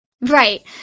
Right